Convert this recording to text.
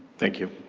thank you.